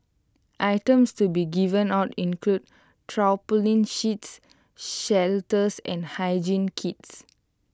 items to be given out include tarpaulin sheets shelters and hygiene kits